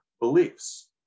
beliefs